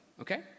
okay